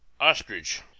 ostrich